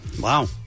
Wow